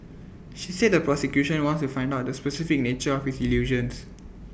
she said the prosecution wants to find out the specific nature of his delusions